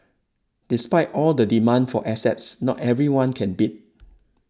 despite all the demand for assets not everyone can bid